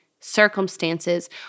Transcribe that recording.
Circumstances